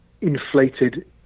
inflated